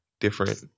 different